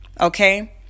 Okay